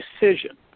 decision